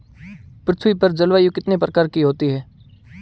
पृथ्वी पर जलवायु कितने प्रकार की होती है?